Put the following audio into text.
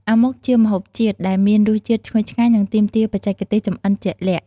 អាម៉ុក ជាម្ហូបជាតិដែលមានរសជាតិឈ្ងុយឆ្ងាញ់ និងទាមទារបច្ចេកទេសចម្អិនជាក់លាក់ ។